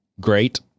great